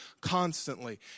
constantly